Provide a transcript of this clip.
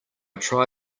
try